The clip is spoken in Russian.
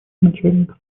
начальник